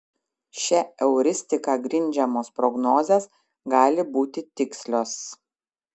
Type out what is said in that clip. šia euristika grindžiamos prognozės gali būti tikslios